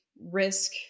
risk